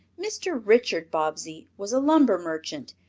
mr. richard bobbsey was a lumber merchant,